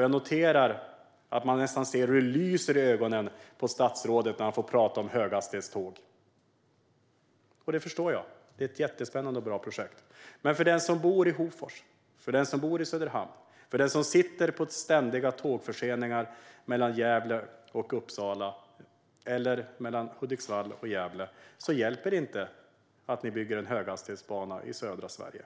Jag noterar att man nästan ser hur det lyser i ögonen på statsrådet när han får tala om höghastighetståg. Det förstår jag. Det är ett jättespännande och bra projekt. Men för den som bor i Hofors eller i Söderhamn, för den som drabbas av ständiga tågförseningar mellan Gävle och Uppsala eller mellan Hudiksvall och Gävle, hjälper det inte att ni bygger en höghastighetsbana i södra Sverige.